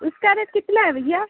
उसका रेट कितना है भैया